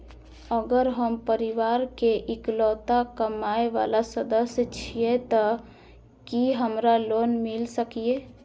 अगर हम परिवार के इकलौता कमाय वाला सदस्य छियै त की हमरा लोन मिल सकीए?